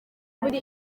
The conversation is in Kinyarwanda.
buri